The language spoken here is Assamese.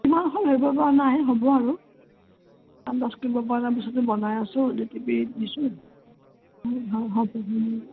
হ'ব আৰু ডি টি পিত দিছোঁ